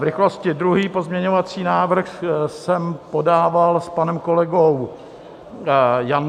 V rychlosti, druhý pozměňovací návrh jsem podával s panem kolegou Jandou.